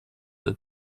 the